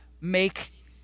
make